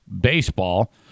baseball